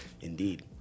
indeed